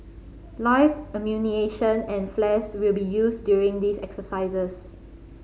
live ammunition and flares will be used during these exercises